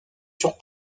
sur